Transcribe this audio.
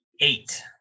Eight